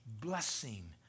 blessing